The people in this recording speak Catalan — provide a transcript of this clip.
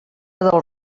del